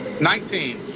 Nineteen